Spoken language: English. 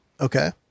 Okay